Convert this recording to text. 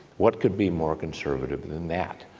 what could be more conservative than that?